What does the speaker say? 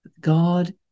God